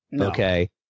Okay